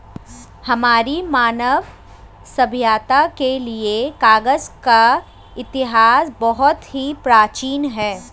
हमारी मानव सभ्यता के लिए कागज का इतिहास बहुत ही प्राचीन है